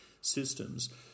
systems